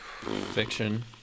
Fiction